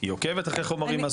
היא עוקבת אחרי חומרים?